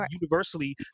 universally